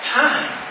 time